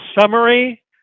summary